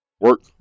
Work